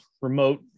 remote